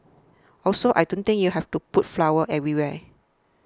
also I don't think you have to put flowers everywhere